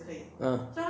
uh